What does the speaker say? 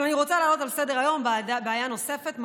אבל אני רוצה להעלות על סדר-היום בעיה נוספת,